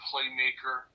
Playmaker